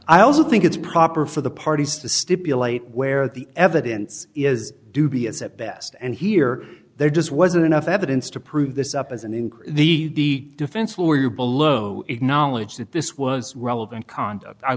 i also think it's proper for the parties to stipulate where the evidence is dubious at best and here there just wasn't enough evidence to prove this up as an increase the defense where you below acknowledge that this was relevant conduct i